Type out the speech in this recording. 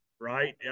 right